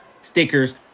stickers